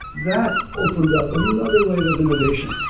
that opened up another way of of innovation.